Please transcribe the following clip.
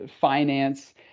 finance